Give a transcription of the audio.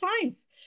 times